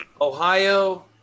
Ohio